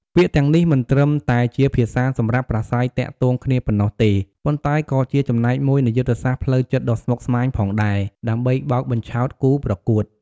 ពាក្យទាំងនេះមិនត្រឹមតែជាភាសាសម្រាប់ប្រាស្រ័យទាក់ទងគ្នាប៉ុណ្ណោះទេ ប៉ុន្តែក៏ជាចំណែកមួយនៃយុទ្ធសាស្ត្រផ្លូវចិត្តដ៏ស្មុគស្មាញផងដែរ ដើម្បីបោកបញ្ឆោតគូប្រកួត។